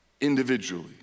individually